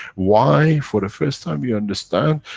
why, for the first time you understand,